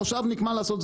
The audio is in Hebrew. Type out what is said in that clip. מושבניק מה לעשות,